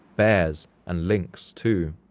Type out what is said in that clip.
bears, and lynx, too.